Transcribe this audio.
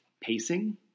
pacing